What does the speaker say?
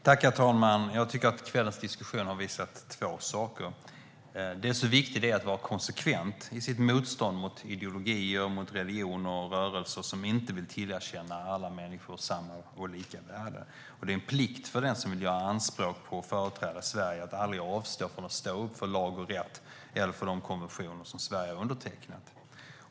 Herr talman! Jag tycker att kvällens diskussion har visat två saker. Den har visat att det är viktigt att vara konsekvent i sitt motstånd mot ideologier, mot religioner och mot rörelser som inte vill tillerkänna alla människor samma och lika värde. Det är en plikt för den som vill göra anspråk på att företräda Sverige att aldrig avstå från att stå upp för lag och rätt eller för de konventioner som Sverige har undertecknat.